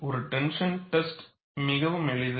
ஒரு tension test மிகவும் எளிது